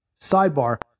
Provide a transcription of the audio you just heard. sidebar